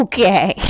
Okay